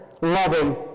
loving